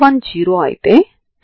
ఈ లైన్ ఏమిటి